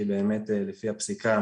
כי באמת לפי הפסיקה